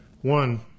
One